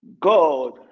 God